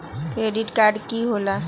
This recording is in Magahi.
क्रेडिट कार्ड की होला?